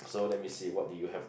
so let me see what do you have